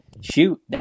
shoot